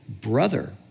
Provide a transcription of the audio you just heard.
brother